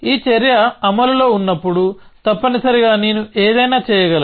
ఈ చర్య అమలులో ఉన్నప్పుడు తప్పనిసరిగా నేను ఏదైనా చేయగలను